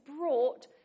brought